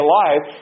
life